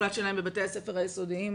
בבתי הספר היסודיים,